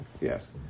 Yes